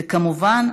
וכמובן,